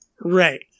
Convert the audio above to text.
Right